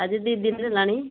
ଆଜି ଦୁଇ ଦିନ ହେଲାଣି